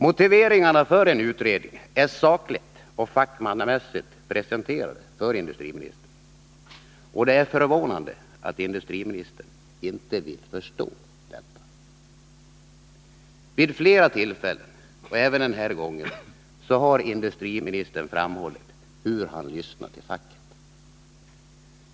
Motiveringarna för en utredning är sakligt och fackmannamässigt presenterade för industriministern. Det är förvånande att industriministern inte vill förstå detta. Vid flera tillfällen, och även den här gången, har industriministern framhållit hur han lyssnar till facket.